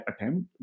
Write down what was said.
attempt